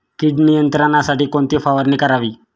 कीड नियंत्रणासाठी कोणती फवारणी करावी?